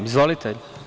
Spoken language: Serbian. Izvolite.